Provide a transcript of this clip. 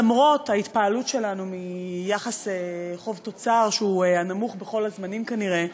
למרות ההתפעלות שלנו מיחס חוב תוצר שהוא הנמוך בכל הזמנים כנראה,